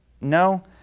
no